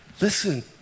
Listen